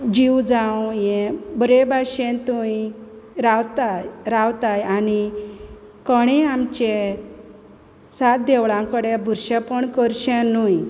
जीव जावं हें बरे बाशेन थोंय रावताय रावताय आनी कोणेंय आमचे सात देवळां कोडे बुरशेंपण करशें न्हू